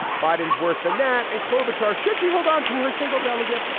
biden is worse than that. and klobuchar, should you hold on to her single delegate,